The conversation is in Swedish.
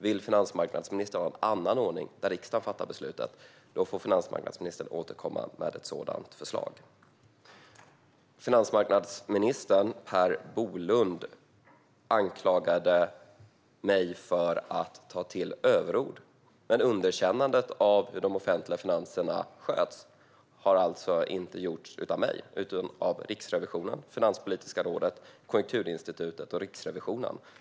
Vill finansmarknadsministern ha en annan ordning, där riksdagen fattar beslutet, får finansmarknadsministern återkomma med ett sådant förslag. Finansmarknadsminister Per Bolund anklagade mig för att ta till överord. Men underkännandet av hur de offentliga finanserna sköts har inte gjorts av mig utan av Riksrevisionen, Finanspolitiska rådet och Konjunkturinstitutet.